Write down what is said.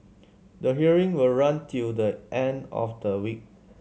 the hearing will run till the end of the week